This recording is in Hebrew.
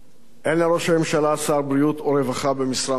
אין לראש הממשלה שר בריאות או רווחה במשרה מלאה,